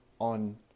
on